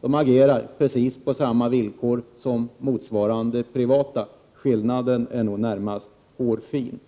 De statliga företagen agerar på exakt samma sätt som motsvarande privata företag. Skillnaden är nog närmast hårfin.